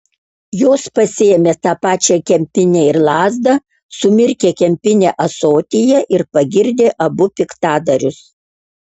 jos pasiėmė tą pačią kempinę ir lazdą sumirkė kempinę ąsotyje ir pagirdė abu piktadarius